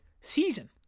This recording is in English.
season